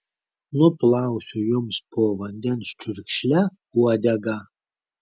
nuplausiu jums po vandens čiurkšle uodegą